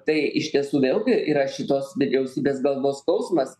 tai iš tiesų vėlgi yra šitos vyriausybės galvos skausmas